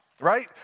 right